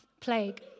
plague